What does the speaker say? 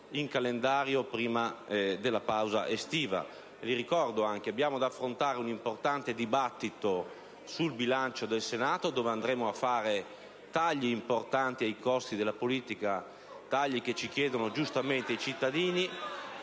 nel calendario prima della pausa estiva. Li ricordo. Abbiamo da affrontare un importante dibattito sul bilancio del Senato, nel corso del quale andremo ad operare tagli importanti ai costi della politica, quei tagli che ci chiedono giustamente i cittadini,